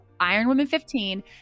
IRONWOMAN15